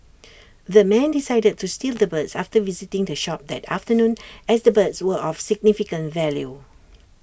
the men decided to steal the birds after visiting the shop that afternoon as the birds were of significant value